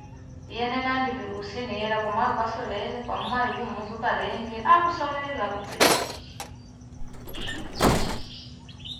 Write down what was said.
Yene ndani usi niela kwamaana ukasolie pamayo kumuzuka leenge akusalulile la kupenda.